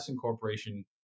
Corporation